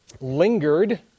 lingered